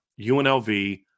UNLV